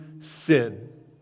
sin